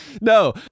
No